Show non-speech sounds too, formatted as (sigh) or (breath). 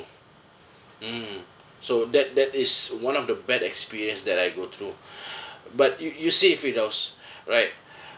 mm so that that is one of the bad experience that I go through (breath) but you you see firdaus (breath) right